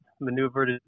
maneuvered